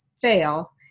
fail